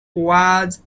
was